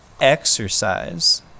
exercise